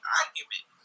argument